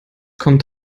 kommt